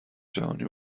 جهانی